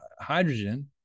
hydrogen